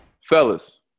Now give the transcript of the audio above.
Fellas